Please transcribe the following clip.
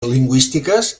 lingüístiques